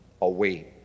away